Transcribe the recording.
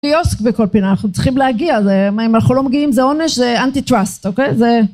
קיוסק בכל פינה אנחנו צריכים להגיע זה מה אם אנחנו לא מגיעים זה עונש זה אנטי טראסט אוקיי זה